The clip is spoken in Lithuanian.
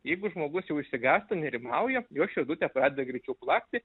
jeigu žmogus jau išsigąsta nerimauja jo širdutė pradeda greičiau plakti